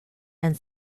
and